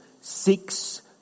six